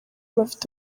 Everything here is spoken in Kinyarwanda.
bafite